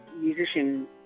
musician